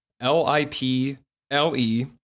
L-I-P-L-E